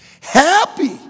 Happy